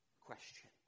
question